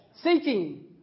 seeking